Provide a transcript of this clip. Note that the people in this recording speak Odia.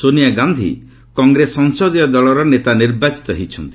ସୋନିଆ ଗାନ୍ଧି କଂଗ୍ରେସ ସଂସଦୀୟ ଦଳର ନେତା ନିର୍ବାଚିତ ହୋଇଛନ୍ତି